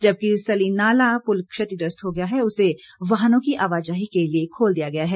जबकि सल्ली नाला पुल क्षतिग्रस्त हो गया था उसे वाहनों की आवाजाही के लिए खोल दिया गया है